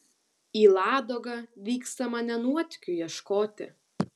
į ladogą vykstama ne nuotykių ieškoti